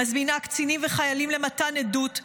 מזמינה קצינים וחיילים למתן עדות,